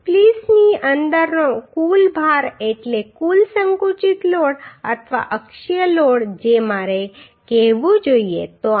સ્પ્લીસની અંદરનો કુલ ભાર એટલે કુલ સંકુચિત લોડ અથવા અક્ષીય લોડ જે મારે કહેવું જોઈએ